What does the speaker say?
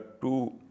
two